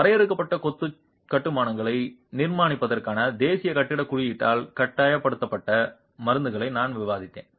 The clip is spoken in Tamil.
வரையறுக்கப்பட்ட கொத்து கட்டுமானங்களை நிர்மாணிப்பதற்கான தேசிய கட்டிடக் குறியீட்டால் கட்டாயப்படுத்தப்பட்ட மருந்துகளை நான் விவாதித்தேன்